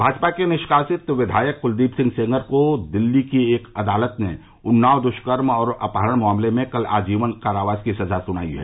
भाजपा के निष्कासित विधायक कूलदीप सिंह सेंगर को दिल्ली की एक अदालत ने उन्नाव दुष्कर्म और अपहरण मामले में कल आजीवन कारावास की सजा सुनाई है